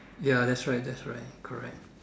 ya that's right that's right correct